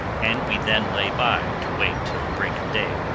and we then lay by, to wait till break of day.